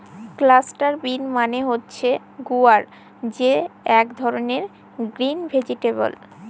cluster bean মানে হচ্ছে গুয়ার যে এক ধরনের গ্রিন ভেজিটেবল